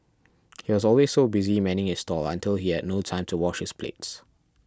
he was always so busy manning his stall until he had no time to wash his plates